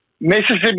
Mississippi